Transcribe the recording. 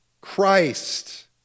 Christ